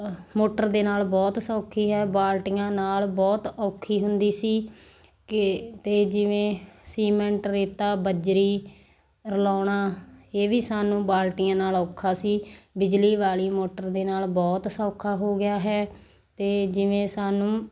motor ਦੇ ਨਾਲ ਬਹੁਤ ਸੌਖੀ ਹੈ ਬਾਲਟੀਆਂ ਨਾਲ ਬਹੁਤ ਔਖੀ ਹੁੰਦੀ ਸੀ ਕਿ ਅਤੇ ਜਿਵੇਂ ਸੀਮੈਂਟ ਰੇਤਾ ਬਜਰੀ ਰਲਾਉਣਾ ਇਹ ਵੀ ਸਾਨੂੰ ਬਾਲਟੀਆਂ ਨਾਲ ਔਖਾ ਸੀ ਬਿਜਲੀ ਵਾਲੀ ਮੋਟਰ ਦੇ ਨਾਲ ਬਹੁਤ ਸੌਖਾ ਹੋ ਗਿਆ ਹੈ ਅਤੇ ਜਿਵੇਂ ਸਾਨੂੰ